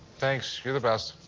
thanks. you're the best.